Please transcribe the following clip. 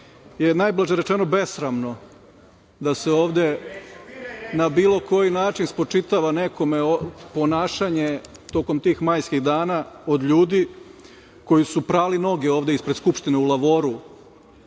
je, najblaže rečeno, besramno da se ovde na bilo koji način spočitava nekome ponašanje tokom tih majskih dana od ljudi koji su prali noge ovde ispred Skupštine u lavoru,